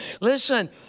listen